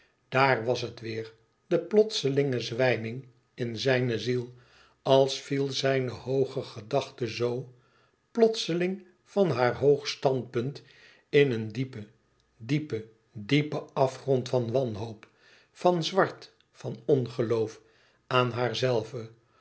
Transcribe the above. daar was het weêr de plotselinge zwijming in zijne ziel als viel zijne hooge gedachte zoo plotseling van haar hoog standpunt in een diepen diepen diepen afgrond van wanhoop van zwart van ongeloof aan